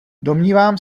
domnívám